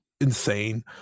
insane